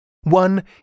one